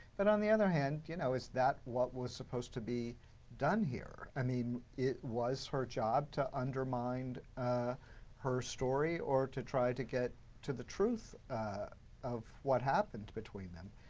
but on the other hand, you know is that what was supposed to be done here? i mean it was her job to undermine her story, or to try to get to the truth of what happened between them.